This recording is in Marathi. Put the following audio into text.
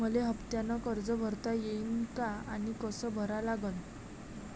मले हफ्त्यानं कर्ज भरता येईन का आनी कस भरा लागन?